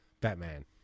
Batman